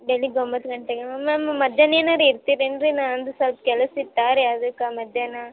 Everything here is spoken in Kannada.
ಬೆಳಗ್ಗೆ ಒಂಬತ್ತು ಗಂಟೆಗೆ ಮ್ಯಾಮ್ ಮ್ಯಾಮ್ ಮಧ್ಯಾಹ್ನ ಏನಾರ ಇರ್ತೀನಿ ಏನ್ರಿ ನಾ ಅಂದು ಸ್ವಲ್ಪ ಕೆಲಸ ಇತ್ತಾ ರಿ ಅದಕ್ಕೆ ಮಧ್ಯಾಹ್ನ